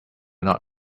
not